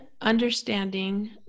understanding